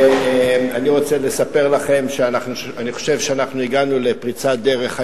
אני רוצה לספר לכם שאני חושב שאנחנו הגענו היום